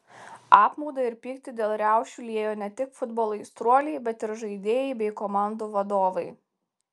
apmaudą ir pyktį dėl riaušių liejo ne tik futbolo aistruoliai bet ir žaidėjai bei komandų vadovai